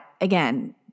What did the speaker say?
again